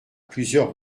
plusieurs